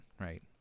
Right